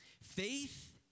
Faith